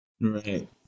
Right